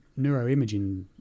neuroimaging